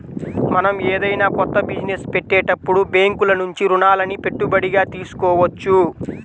మనం ఏదైనా కొత్త బిజినెస్ పెట్టేటప్పుడు బ్యేంకుల నుంచి రుణాలని పెట్టుబడిగా తీసుకోవచ్చు